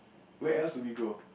where else do we go